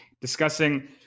discussing